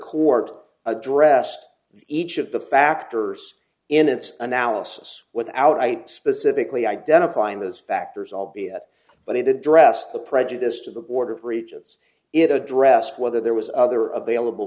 court addressed each of the factors in its analysis without i specifically identifying those factors albeit but he did address the prejudice to the board of regents it addressed whether there was other available